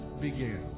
began